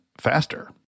faster